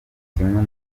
kimwe